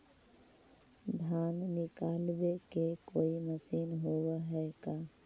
धान निकालबे के कोई मशीन होब है का?